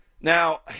Now